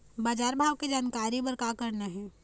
बजार भाव के जानकारी बर का करना हे?